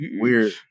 Weird